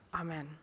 Amen